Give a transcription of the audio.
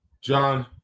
John